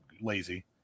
lazy